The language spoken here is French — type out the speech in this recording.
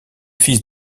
fils